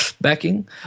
backing